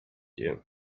you